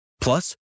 Plus